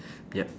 yup